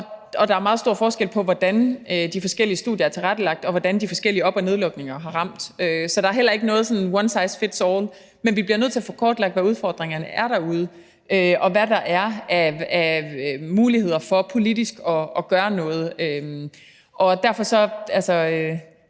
og der er meget stor forskel på, hvordan de forskellige studier er tilrettelagt, og hvordan de forskellige op- og nedlukninger har ramt. Så der er ikke noget sådan one size fits all, men vi bliver nødt til at få kortlagt, hvad udfordringerne er derude, og hvad der er af muligheder for politisk at gøre noget. Derfor er